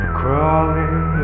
crawling